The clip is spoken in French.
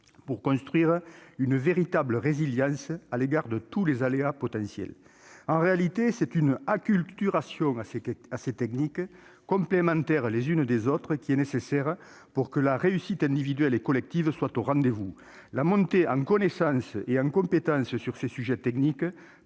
pour construire une véritable résilience à l'égard de tous les aléas potentiels. En réalité, c'est une acculturation à ces techniques, complémentaires les unes des autres, qui est nécessaire pour que la réussite individuelle et collective soit au rendez-vous. La montée en connaissances et en compétences sur ces sujets techniques